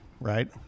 right